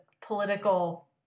political